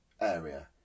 area